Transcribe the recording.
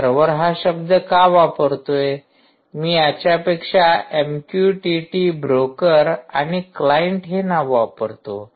मी server हा शब्द का वापरतोय मी याच्यापेक्षा एमक्यूटीटी ब्रोकर आणि क्लाईंट हे नाव वापरतो